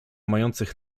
mających